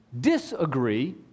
disagree